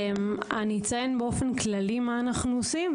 אציין באופן כללי מה אנחנו עושים,